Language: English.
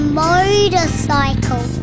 motorcycle